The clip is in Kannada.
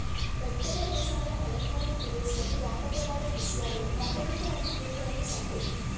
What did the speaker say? ಬೆಟ್ಟದ ಬೇಸಾಯ ಮಲೆನಾಡಿನ ಪ್ರದೇಶ್ದಲ್ಲಿ ವ್ಯಾಪಕವಾದ ಕೃಷಿಯಾಗಿದೆ ಪ್ರಾಥಮಿಕವಾಗಿ ಕುರಿಗಳನ್ನು ಸಾಕೋದು